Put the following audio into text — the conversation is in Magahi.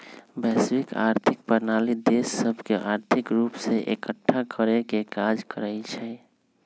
वैश्विक आर्थिक प्रणाली देश सभके आर्थिक रूप से एकठ्ठा करेके काज करइ छै